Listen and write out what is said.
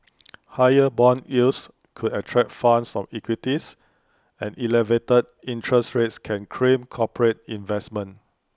higher Bond yields could attract funds of equities and elevated interest rates can crimp corporate investment